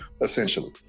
essentially